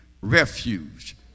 refuge